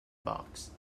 box